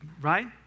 Right